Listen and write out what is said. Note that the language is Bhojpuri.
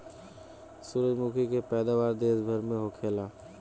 सूरजमुखी के पैदावार देश भर में होखेला